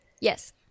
Yes